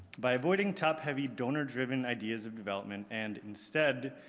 by avoiding top heavy donor-driven ideas of development and instead,